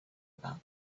about